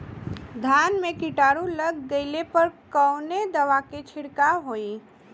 धान में कीटाणु लग गईले पर कवने दवा क छिड़काव होई?